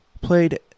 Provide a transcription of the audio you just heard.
Played